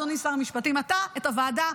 אדוני שר המשפטים: אתה לא מכנס את הוועדה.